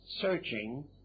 searching